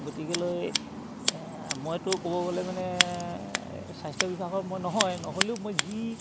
গতিকেলৈ আ মইতো ক'ব গ'লে মানে স্বাস্থ্য বিভাগৰ মই নহয় নহ'লেও মই যি